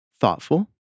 thoughtful